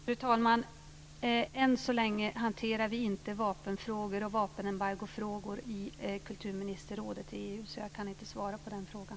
Fru talman! Än så länge hanterar vi inte vapenfrågor och vapenembargofrågor i kulturministerrådet i EU. Jag kan inte svara på den frågan.